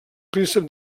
príncep